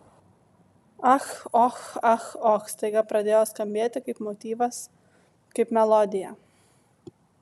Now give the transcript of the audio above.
ach och ach och staiga pradėjo skambėti kaip motyvas kaip melodija